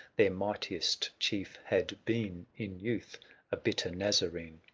their mightiest chief, had been in youth a bitter nazarene.